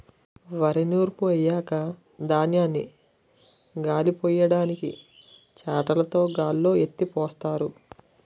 వరి నూర్పు అయ్యాక ధాన్యాన్ని గాలిపొయ్యడానికి చేటలుతో గాల్లో ఎత్తిపోస్తారు